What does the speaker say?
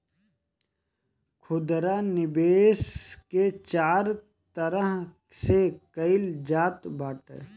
खुदरा निवेश के चार तरह से कईल जात बाटे